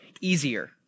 easier